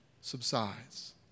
subsides